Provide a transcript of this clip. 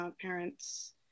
parents